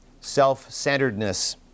self-centeredness